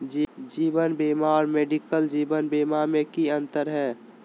जीवन बीमा और मेडिकल जीवन बीमा में की अंतर है?